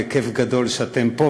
כיף גדול שאתם פה.